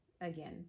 again